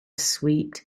sweet